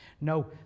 No